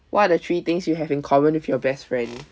what are the three things you have in common with your best friend